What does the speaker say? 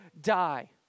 die